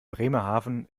bremerhaven